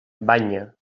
banya